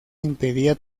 impedía